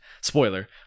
Spoiler